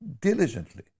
diligently